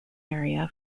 area